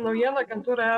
naujienų agentūra